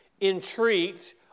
entreat